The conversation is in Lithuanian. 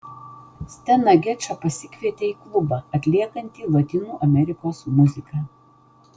steną gečą pasikvietė į klubą atliekantį lotynų amerikos muziką